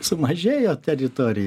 sumažėjo teritorija